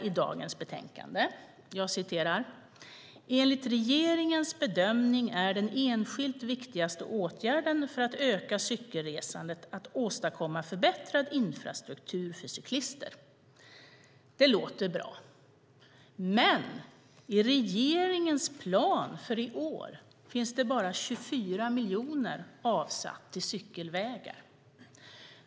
I dagens betänkande står det: "Enligt regeringens bedömning är den enskilt viktigaste åtgärden för att öka cykelresandet att åstadkomma förbättrad infrastruktur för cyklister." Det låter bra, men i regeringens plan för i år finns bara 24 miljoner avsatt till cykelvägar.